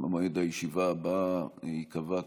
מועד הישיבה הבאה ייקבע,